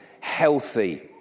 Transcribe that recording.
healthy